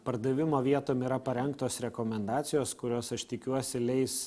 pardavimo vietom yra parengtos rekomendacijos kurios aš tikiuosi leis